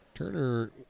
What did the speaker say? Turner